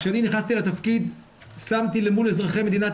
כשאני נכנסתי לתפקיד שמתי למול אזרחי מדינת